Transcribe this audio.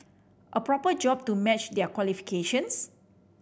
a proper job to match their qualifications